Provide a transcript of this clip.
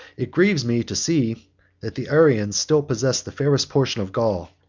it grieves me to see that the arians still possess the fairest portion of gaul.